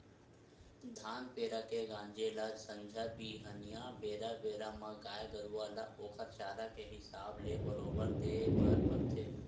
धान पेरा के गांजे ल संझा बिहनियां बेरा बेरा म गाय गरुवा ल ओखर चारा के हिसाब ले बरोबर देय बर परथे